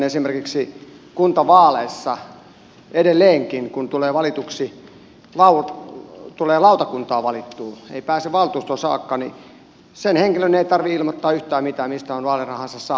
esimerkiksi kuntavaaleissa edelleenkään kun tulee lautakuntaan valituksi mutta ei pääse valtuustoon saakka sen henkilön ei tarvitse ilmoittaa yhtään mitään mistä on vaalirahansa saanut